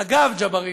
אגב,